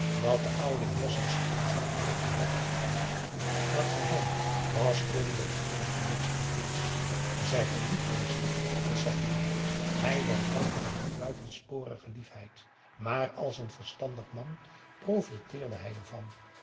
dat de oude heer zijn schoonzoon deelgenoot had gemaakt van het geheim was corrie een engel geweest voor kees zij kon lief wezen als zij wilde hij was bang voor die buitensporige liefheid maar als een verstandig man profiteerde hij ervan